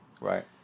Right